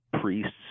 priests